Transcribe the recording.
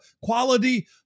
quality